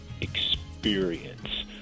experience